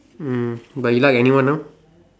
mm but you like anyone now